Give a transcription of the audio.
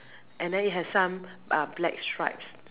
and then it has some uh black stripes